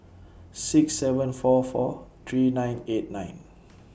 six seven four four three nine eight nine